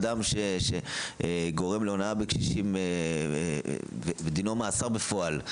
שאדם שגורם להונאה בקשישים דינו מאסר בפועל.